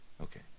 Okay